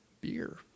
beer